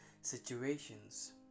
situations